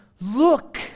Look